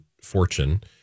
fortune